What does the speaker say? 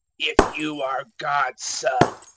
if you are god's son,